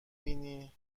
بینی